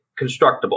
constructible